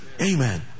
Amen